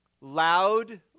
loud